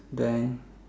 then